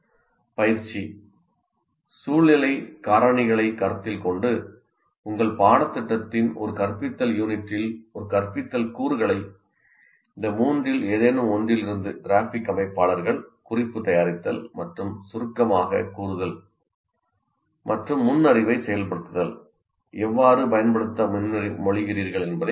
பயிற்சி சூழ்நிலைக் காரணிகளைக் கருத்தில் கொண்டு உங்கள் பாடத்திட்டத்தின் ஒரு கற்பித்தல் யூனிட்டில் ஒரு கற்பித்தல் கூறுகளை இந்த மூன்றில் ஏதேனும் ஒன்றிலிருந்து கிராஃபிக் அமைப்பாளர்கள் குறிப்பு தயாரித்தல் மற்றும் சுருக்கமாகக் கூறுதல் மற்றும் முன் அறிவைச் செயல்படுத்துதல் எவ்வாறு பயன்படுத்த முன்மொழிகிறீர்கள் என்பதை முன்வைக்கவும்